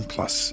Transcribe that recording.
Plus